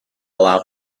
allow